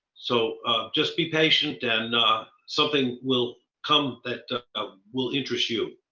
so just be patient and something will come that ah ah will interest you.